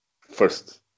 first